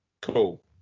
Cool